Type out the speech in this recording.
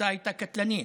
התוצאה הייתה קטלנית.